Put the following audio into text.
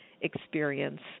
experience